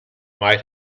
might